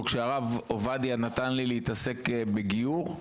או כשהרב עובדיה נתן לי להתעסק בגיור,